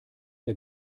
der